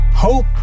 Hope